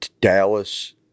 Dallas-